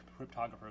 cryptographers